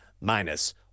minus